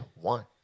one